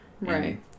Right